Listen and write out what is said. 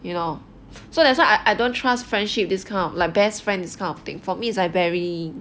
you know so that's why I I don't trust friendship this kind of like best friends kind of thing for me is very